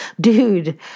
dude